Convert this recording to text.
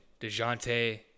DeJounte